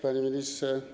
Panie Ministrze!